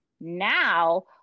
now